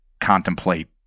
contemplate